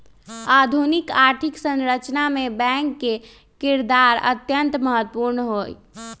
आधुनिक आर्थिक संरचना मे बैंक के किरदार अत्यंत महत्वपूर्ण हई